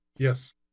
Yes